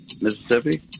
Mississippi